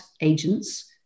agents